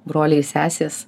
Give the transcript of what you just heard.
broliai ir sesės